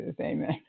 Amen